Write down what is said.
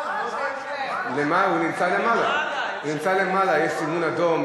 הוא נמצא למעלה, יש סימון אדום.